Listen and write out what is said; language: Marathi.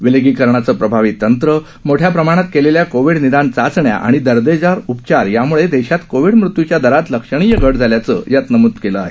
विलगीकरणाचं प्रभावी तंत्र मोठ्या प्रमाणात केलेल्या कोविड निदान चाचण्या आणि दर्जेदार उपचार याम्ळे देशात कोविड मृत्यूच्या दरात लक्षणीय घट झाल्याचं यात नमूद केलं आहे